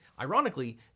ironically